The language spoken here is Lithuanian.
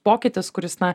pokytis kuris na